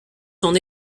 son